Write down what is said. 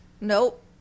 Nope